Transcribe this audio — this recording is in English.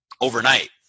overnight